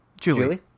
Julie